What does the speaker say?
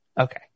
Okay